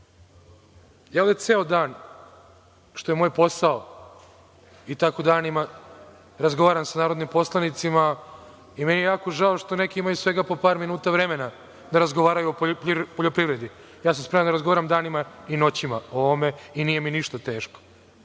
Ja ovde ceo dan, što je moj posao, razgovaram sa narodnim poslanicima i meni je jako žao što neki imaju po svega par minuta vremena da razgovaraju o poljoprivredi. Ja sam spreman da razgovaram danima i noćima o ovome i nije mi ništa teško,